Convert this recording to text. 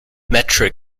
metric